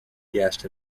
guest